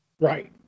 Right